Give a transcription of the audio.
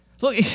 Look